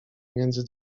między